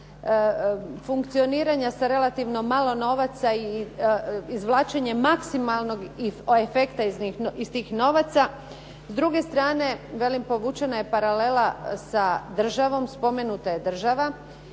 funkcioniranja sa relativno malo novaca i izvlačenje maksimalnog efekta iz njih, iz tih novaca. S druge strane, velim, povućena je paralela sa državom, spomenuta je država